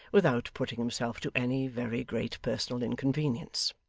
without putting himself to any very great personal inconvenience.